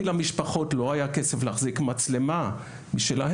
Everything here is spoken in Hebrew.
כי למשפחות לא היה כסף להחזיק מצלמה משלהם,